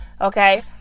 Okay